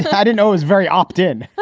i don't know. it's very opt in.